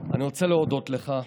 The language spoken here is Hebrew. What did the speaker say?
אני רוצה להודות לך.